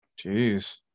Jeez